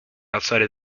outside